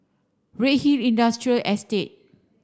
Redhill Industrial Estate